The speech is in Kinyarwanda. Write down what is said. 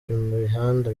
imihanda